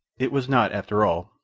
it was not, after all,